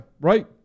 right